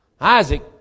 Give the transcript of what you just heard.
Isaac